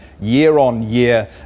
year-on-year